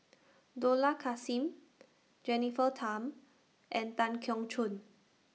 Dollah Kassim Jennifer Tham and Tan Keong Choon